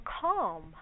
calm